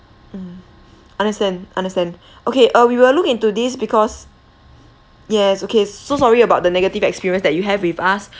mm understand understand okay uh we will look into this because yes okay so sorry about the negative experience that you have with us